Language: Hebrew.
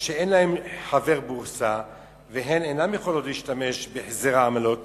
שאין להן חבר בורסה והן אינן יכולות להשתמש בהחזר העמלות